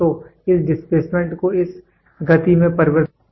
तो इस डिस्प्लेसमेंट को इस गति में परिवर्तित किया जाता है